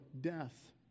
death